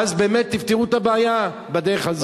ואז באמת תפתרו את הבעיה בדרך הזו.